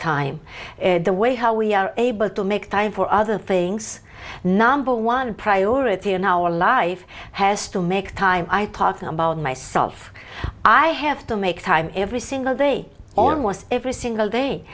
time the way how we are able to make time for other things number one priority in our life has to make time i pardon about myself i have to make time every single day almost every single day